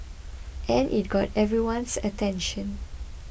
and it got everyone's attention